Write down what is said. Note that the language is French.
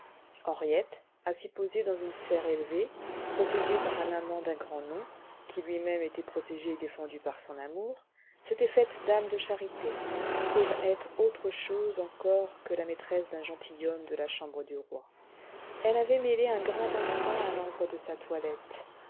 henriette ainsi posée dans une sphère élevée protégée par un amant d'un grand nom qui lui-même était protégé et défendu par son amour s'était faite dame de charité pour être autre chose encore que la maîtresse d'un gentilhomme de la chambre du roi elle avait mêlé un grain d'encens à l'ambre de sa toilette